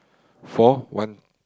for one